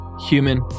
human